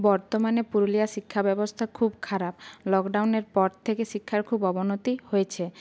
বর্তমানে পুরুলিয়ার শিক্ষা ব্যবস্থা খুব খারাপ লকডাউনের পর থেকে শিক্ষার খুব অবনতি হয়েছে